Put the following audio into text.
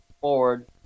forward